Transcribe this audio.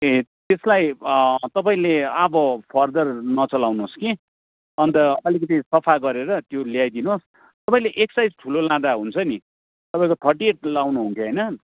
ए त्यसलाई तपाईँले अब फर्दर नचलाउनुहोस् कि अन्त अलिकति सफा गरेर त्यो ल्याइदिनु होस् तपाईँले एक साइज ठुलो लाँदा हुन्छ नि तपाईँको थर्टी एट लगाउनु हुन्थ्यो होइन